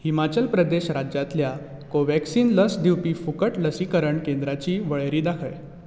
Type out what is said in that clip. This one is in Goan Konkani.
हिमाचल प्रदेश राज्यांतल्या कोव्हॅक्सिन लस दिवपी फुकट लसिकरण केंद्रांची वळेरी दाखय